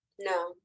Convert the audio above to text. No